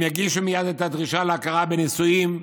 הם יגישו מייד את הדרישה להכרה בנישואים,